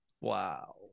wow